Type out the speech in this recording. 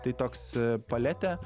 tai toks paletė